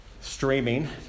streaming